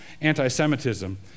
anti-Semitism